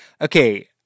Okay